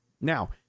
now